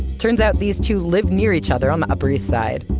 turns out these two live near each other on the upper east side,